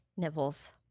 Nipples